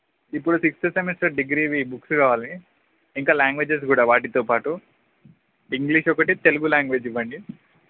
ఇప్పుడు sixth semester డిగ్రీవి books కావాలి ఇంకా లాంగ్వేజెస్ కూడా వాటితోపాటు ఇంగ్లీష్ ఒకటి తెలుగు లాంగ్వేజ్ ఇవ్వండి